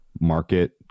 market